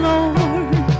Lord